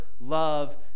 love